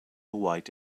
white